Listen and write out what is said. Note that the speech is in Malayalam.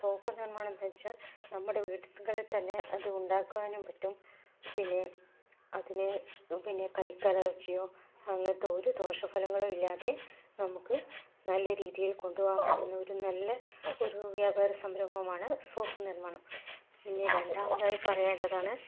സോപ്പ് നിർമ്മാണം എന്ന് വെച്ചാൽ നമ്മുടെ വീടുകളിൽ തന്നെ അത് ഉണ്ടാക്കുവാനും പറ്റും പിന്നെ അതിന് പിന്നെ കൈക്ക് അലർജിയോ അങ്ങനത്തെ ഒരു ദോഷഫലങ്ങളും ഇല്ലാതെ നമുക്ക് നല്ല രീതിയിൽ കൊണ്ടുപോകാൻ പറ്റുന്ന ഒരു നല്ല ഒരു വ്യാപാര സംരംഭമാണ് സോപ്പ് നിർമ്മാണം പിന്നെ രണ്ടാമതായി പറയേണ്ടതാണ്